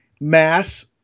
mass